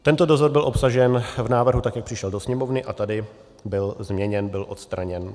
Tento dozor byl obsažen v návrhu tak, jak přišel do Sněmovny, a tady byl změněn, byl odstraněn.